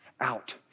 out